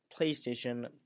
PlayStation